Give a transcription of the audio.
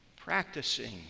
practicing